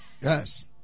Yes